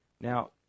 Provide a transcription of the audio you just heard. Now